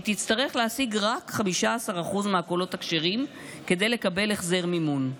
היא תצטרך להשיג רק 15% מהקולות הכשרים כדי לקבל החזר מימון.